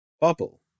Bubble